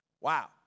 Wow